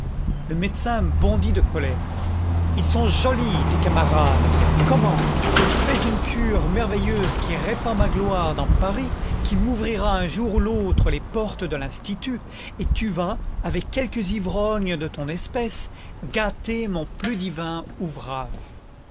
le médecin bondit de colère ils sont jolis tes camarades comment je fais une cure merveilleuse qui répand ma gloire dans paris qui m'ouvrira un jour ou l'autre les portes de l'institut et tu vas avec quelques ivrognes de ton espèce gâter mon plus divin ouvrage